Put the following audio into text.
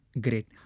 Great